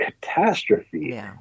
catastrophe